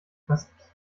was